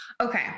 Okay